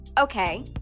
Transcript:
Okay